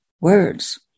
words